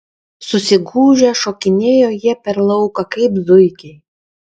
susigūžę šokinėjo jie per lauką kaip zuikiai